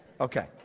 Okay